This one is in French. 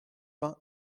vingts